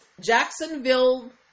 Jacksonville